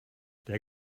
der